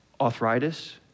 Arthritis